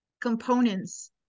components